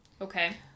Okay